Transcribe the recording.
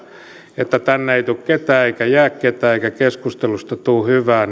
että tänne ei tule ketään eikä jää ketään eikä keskustelusta tule hyvää